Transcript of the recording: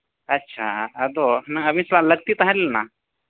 ᱟᱪᱪᱷᱟ ᱟᱫᱚ ᱦᱩᱱᱟᱹᱝ ᱟᱹᱵᱤᱱ ᱥᱟᱶ ᱞᱟᱹᱠᱛᱤ ᱛᱟᱦᱮᱸ ᱞᱮᱱᱟ